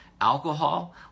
Alcohol